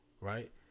right